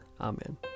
Amen